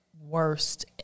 worst